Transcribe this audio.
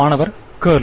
மாணவர் கர்ல்